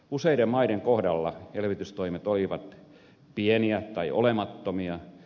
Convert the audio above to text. useiden maiden kohdalla elvytystoimet olivat pieniä tai olemattomia